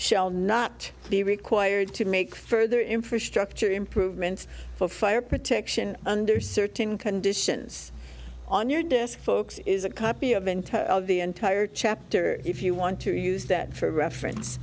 shall not be required to make further infrastructure improvements for fire protection under certain conditions on your desk folks is a copy of entire of the entire chapter if you want to use that for reference